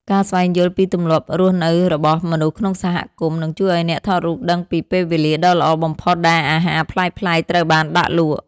ការស្វែងយល់ពីទម្លាប់រស់នៅរបស់ មនុស្សក្នុងសហគមន៍ នឹងជួយឱ្យអ្នកថតរូបដឹងពីពេលវេលាដ៏ល្អបំផុតដែលអាហារប្លែកៗត្រូវបានដាក់លក់។